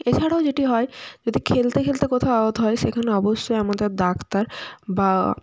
এছাড়াও যেটি হয় যদি খেলতে খেলতে কোথাও আহত হয় সেইখানে অবশ্যই আমাদের ডাক্তার বা